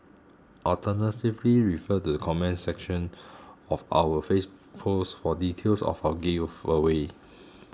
alternatively refer the comments section of our face post for details of our giveaway